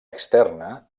externa